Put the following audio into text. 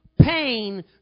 pain